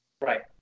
Right